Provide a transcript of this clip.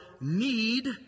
need